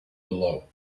below